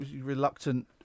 reluctant